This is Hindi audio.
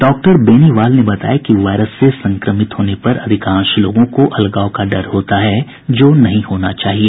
डॉक्टर बेनीवाल ने बताया कि वायरस से संक्रमित होने पर अधिकांश लोगों को अलगाव का डर होता है जो नहीं होना चाहिए